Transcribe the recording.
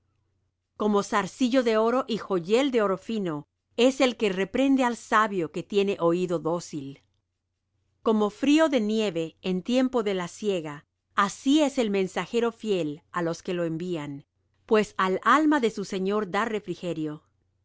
como zarcillo de oro y joyel de oro fino es el que reprende al sabio que tiene oído dócil como frío de nieve en tiempo de la siega así es el mensajero fiel á los que lo envían pues al alma de su señor da refrigerio